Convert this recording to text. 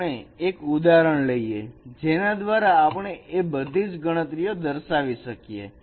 તો આપણે એક ઉદાહરણ લઈએ જેના દ્વારા આપણે આ બધી જ ગણતરીઓ દર્શાવી શકીએ